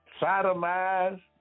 sodomized